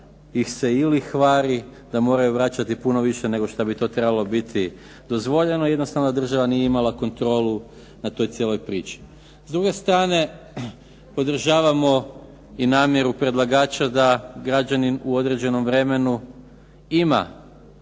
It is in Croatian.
ih se i lihvari da moraju vraćati puno više nego što bi to trebalo biti dozvoljeno. Jednostavno država nije imala kontrolu na toj cijeloj priči. S druge strane, podržavamo i namjeru predlagača da građanin u određenom vremenu ima